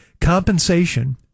Compensation